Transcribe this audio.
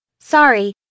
Sorry